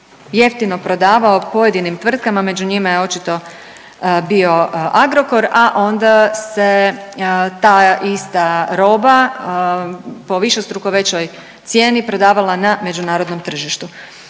jeftino prodavao pojedinim tvrtkama, među njima je očito bio Agrokor, a onda se ta ista roba po višestruko višoj cijeni prodavala na međunarodnom tržištu.